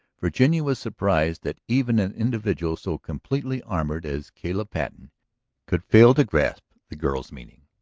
virginia was surprised that even an individual so completely armored as caleb patten could fail to grasp the girl's meaning.